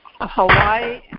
Hawaii